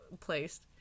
placed